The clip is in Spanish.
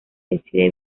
decide